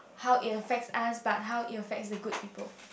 how it affects us but how it affects the good people